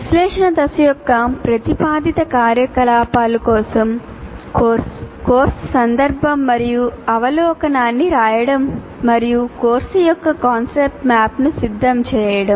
విశ్లేషణ దశ యొక్క ప్రతిపాదిత కార్యకలాపాలు కోర్సు సందర్భం మరియు అవలోకనాన్ని రాయడం మరియు కోర్సు యొక్క కాన్సెప్ట్ మ్యాప్ను సిద్ధం చేయడం